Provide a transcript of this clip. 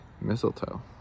Mistletoe